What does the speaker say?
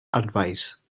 advice